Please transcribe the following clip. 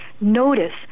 Notice